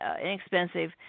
inexpensive